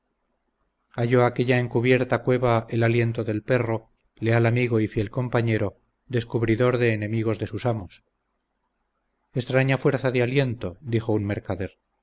halló aquella encubierta cueva el aliento del perro leal amigo y fiel compañero descubridor de enemigos de sus amos extraña fuerza de aliento dijo un mercader